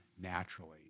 naturally